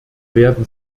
werden